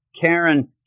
Karen